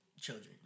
children